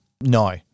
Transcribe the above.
No